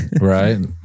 right